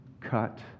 cut